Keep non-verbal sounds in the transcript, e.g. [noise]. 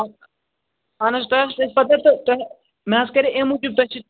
اَہن حظ تۄہہِ [unintelligible] پتاہ تہٕ مےٚ حظ کٔرِ امہِ موٗجوٗب تۄہہِ سۭتۍ